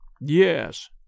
Yes